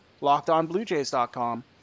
lockedonbluejays.com